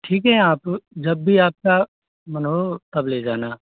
ठीक है आप जब भी आपका मन हो तब ले जाना